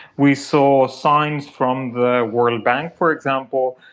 we saw signs from the world bank, for example,